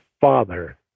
father